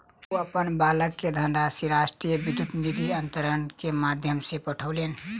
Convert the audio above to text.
ओ अपन बालक के धनराशि राष्ट्रीय विद्युत निधि अन्तरण के माध्यम सॅ पठौलैन